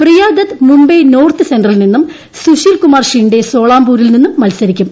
പ്രിയ Dutt Mumbai north സെന്ററിൽ നിന്നും സുശീൽ കുമാർ ഷിൻഡെ സോളാപൂരിൽ നിന്നും മത്സരിക്കും